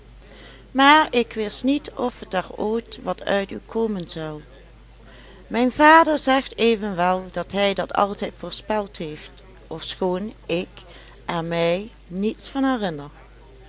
maar ik wist niet of er ooit wat uit u komen zou mijn vader zegt evenwel dat hij dat altijd voorspeld heeft ofschoon ik er mij niets van